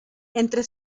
entre